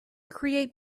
create